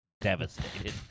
devastated